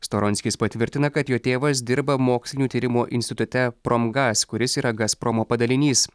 storonskis patvirtina kad jo tėvas dirba mokslinių tyrimų institute promgas kuris yra gazpromo padalinys